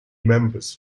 members